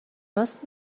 راست